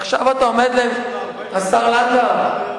השר לנדאו,